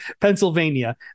Pennsylvania